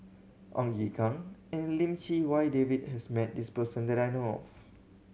Ong Ye Kung and Lim Chee Wai David has met this person that I know of